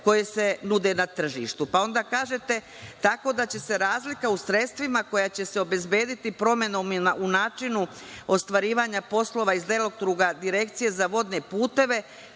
koji se nude na tržištu, pa onda kažete – tako da će se razlika u sredstvima koja će se obezbediti promenom u načinu ostvarivanja poslova iz delokruga Direkcije za vodne puteve